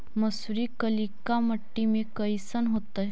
मसुरी कलिका मट्टी में कईसन होतै?